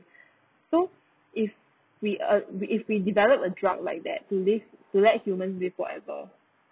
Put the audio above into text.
so if we uh if we develop a drug like that to live to let human live forever